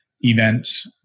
events